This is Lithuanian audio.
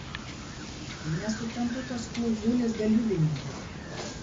nesuprantu tos klauzulės dėl liudininkų